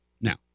Now